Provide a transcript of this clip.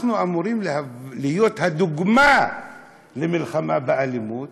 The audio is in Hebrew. אנחנו אמורים להיות הדוגמה למלחמה באלימות,